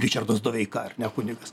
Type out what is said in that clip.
ričardas doveika ar ne kunigas